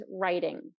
writing